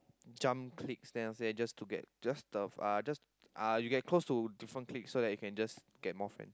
jump cliques then after that just to get just the uh just uh you get close to different cliques so that you can